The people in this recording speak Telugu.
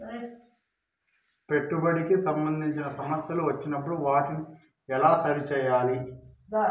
పెట్టుబడికి సంబంధించిన సమస్యలు వచ్చినప్పుడు వాటిని ఎలా సరి చేయాలి?